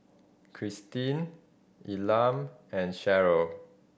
Kristyn Elam and Sharon